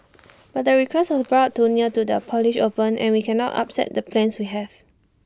but the request was brought too near to the polish open and we cannot upset the plans we have